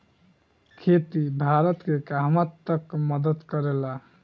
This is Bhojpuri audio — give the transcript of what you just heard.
खेती भारत के कहवा तक मदत करे ला?